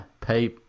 pay